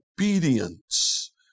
obedience